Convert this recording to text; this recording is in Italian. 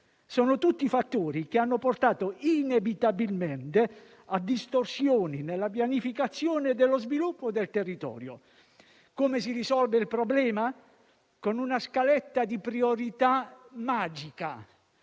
sono tutti fattori che hanno portato inevitabilmente a distorsioni nella pianificazione dello sviluppo del territorio. Il problema si risolve con una scaletta di priorità magica: